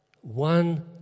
one